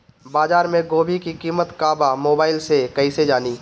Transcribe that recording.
बाजार में गोभी के कीमत का बा मोबाइल से कइसे जानी?